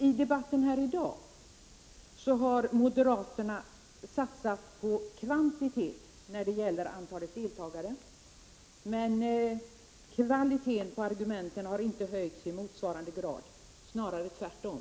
I dagens debatt har moderaterna satsat på kvantitet när det gäller antalet deltagare, men kvaliteten på argumenten har inte höjts i motsvarande grad, snarare tvärtom.